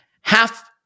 half